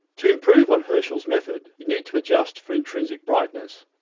to improve on herschel's method, you need to adjust for intrinsic brightness,